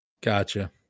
gotcha